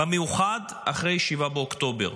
במיוחד אחרי 7 באוקטובר.